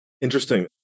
Interesting